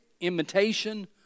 imitation